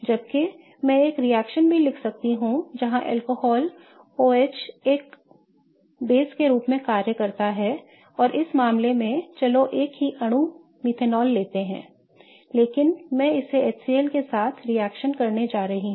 जबकि मैं एक रिएक्शन भी लिख सकता हूं जहां अल्कोहल OH एक आधार के रूप में कार्य करेगा और इस मामले में चलो एक ही अणु मेथनॉल लेते हैं लेकिन मैं इसे HCl के साथ रिएक्शन करने जा रहा हूं